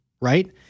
Right